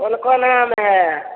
कोन कोन आम हए